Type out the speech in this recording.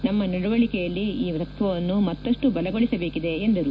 ನಮ್ನ ನಡವಳಿಕೆಯಲ್ಲಿ ಈ ತತ್ವವನ್ನು ಮತ್ತಷ್ಟು ಬಲಗೊಳಿಸಬೇಕಿದೆ ಎಂದರು